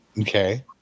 Okay